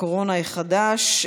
הקורונה החדש)